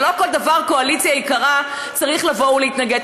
ולא לכל דבר, קואליציה יקרה, צריך לבוא ולהתנגד.